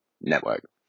network